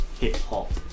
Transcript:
hip-hop